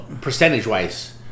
Percentage-wise